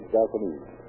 Japanese